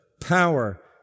power